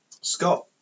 Scott